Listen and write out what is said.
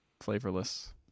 flavorless